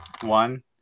one